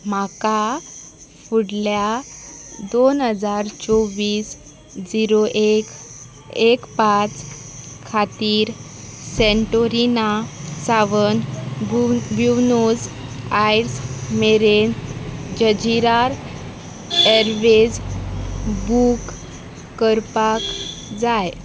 म्हाका फुडल्या दोन हजार चोवीस झिरो एक एक पांच खातीर सेंटोरिना सावन विवनोज आयज मेरेन जजीरार एरवेज बूक करपाक जाय